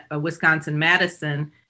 Wisconsin-Madison